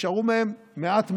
נשארו מהם מעט מאוד,